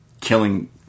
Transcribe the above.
killing